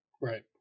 Right